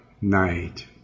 night